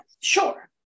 sure